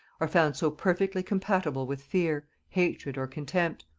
are found so perfectly compatible with fear, hatred, or contempt.